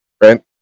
right